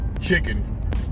chicken